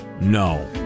no